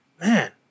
Man